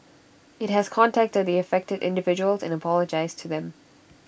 IT has contacted the affected individuals and apologised to them